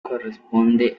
corresponde